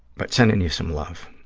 but sending you some love.